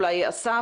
אולי אסף,